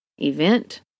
event